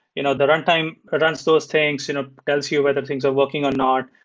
you know the runtime run those things. you know tells you whether things are working or not.